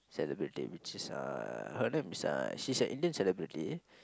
celebrity which is uh her name is a uh she's an Indian celebrity